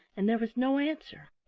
and there was no answer.